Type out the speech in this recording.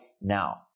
now